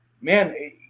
man